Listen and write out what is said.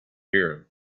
hear